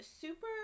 super